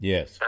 Yes